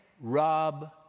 rob